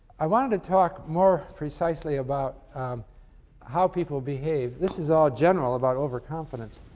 i want to talk more precisely about how people behave this is all general about overconfidence,